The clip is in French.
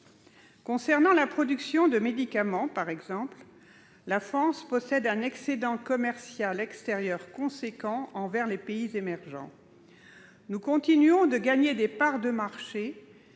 concernant la production de médicaments, la France jouit d'un excédent commercial extérieur de taille envers les pays émergents. Nous continuons de gagner des parts de marchés,